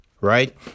right